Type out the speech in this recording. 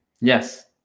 Yes